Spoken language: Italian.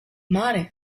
mare